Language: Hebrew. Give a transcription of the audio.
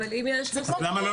למה לא